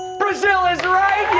brazil is right. yeah!